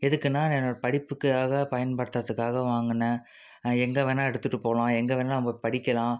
எதுக்குன்னால் என்னோட படிப்புக்காக பயன்படுத்துறதுக்காக வாங்கினேன் எங்கே வேணால் எடுத்துகிட்டு போகலாம் எங்கே வேணால் நம்ம படிக்கலாம்